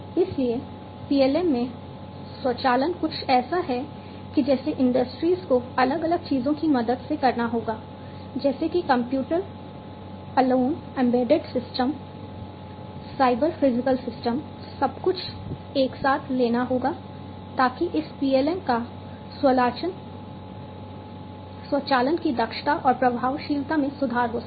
इसलिए PLM में स्वचालन कुछ ऐसा है जिसे इंडस्ट्रीज सब कुछ एक साथ लेना होगा ताकि इस PLM का स्वचालन की दक्षता और प्रभावशीलता में सुधार हो सके